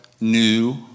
New